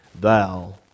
thou